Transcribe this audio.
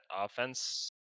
offense